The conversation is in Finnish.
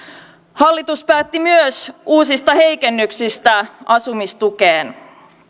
hallitus päätti myös uusista heikennyksistä asumistukeen